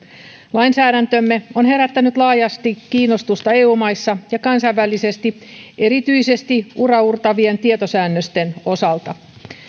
lainsäädäntömme on herättänyt laajasti kiinnostusta eu maissa ja kansainvälisesti erityisesti uraauurtavien tietosäännösten osalta